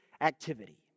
activity